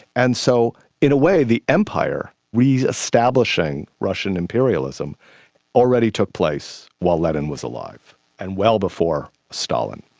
and so, in a way, the empire re-establishing russian imperialism already took place while lenin was alive and well before stalin,